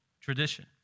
tradition